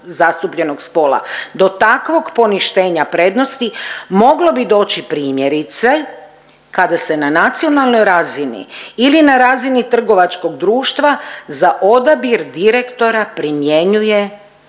Do takvog poništenja prednosti moglo bi doći primjerice kada se na nacionalnoj razini ili na razini trgovačkog društva za odabir direktora primjenjuje šire